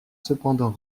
cependant